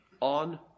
on